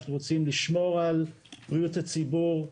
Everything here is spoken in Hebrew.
אנחנו רוצים לשמור על בריאות הציבור,